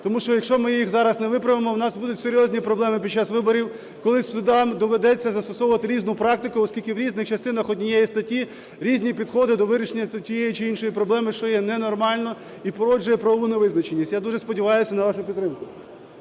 Тому що якщо ми їх зараз не виправимо, у нас будуть серйозні проблеми під час виборів. Коли нам доведеться застосовувати різну практику, оскільки в різних частинах однієї статті різні підходи до вирішення тієї чи іншої проблеми, що є ненормально і породжує правову невизначеність. Я дуже сподіваюсь на вашу підтримку.